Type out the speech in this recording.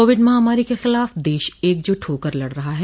Covid महामारी के खिलाफ देश एकजुट होकर लड़ रहा है